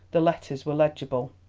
the letters were legible.